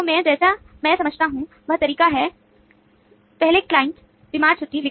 तो मैं जैसा मैं समझता हूं वह तरीका है I क्लाइंट बीमार छुट्टी